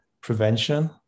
prevention